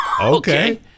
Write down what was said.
Okay